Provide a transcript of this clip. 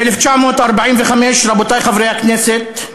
ב-1945, רבותי חברי הכנסת,